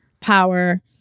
power